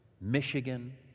Michigan